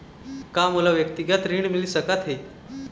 का मोला व्यक्तिगत ऋण मिल सकत हे?